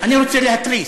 אני רוצה להתריס.